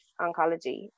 oncology